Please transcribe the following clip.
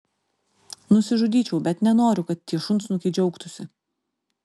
nusižudyčiau bet nenoriu kad tie šunsnukiai džiaugtųsi